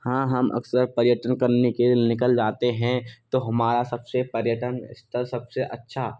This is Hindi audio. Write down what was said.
हाँ हम अक्सर पर्यटन करने के लिए निकल जाते हैं तो हमारा सबसे पर्यटन स्थल सबसे अच्छा